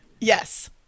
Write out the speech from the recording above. Yes